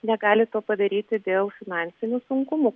negali to padaryti dėl finansinių sunkumų